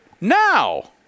now